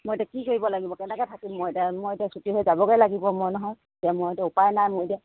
মই এতিয়া কি কৰিব লাগিব কেনেকৈ থাকিম মই এতিয়া মই এতিয়া ছুটি হৈ যাবগৈ লাগিব মই নহয় এতিয়া মইতো উপায় নাই মোৰ এতিয়া